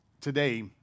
today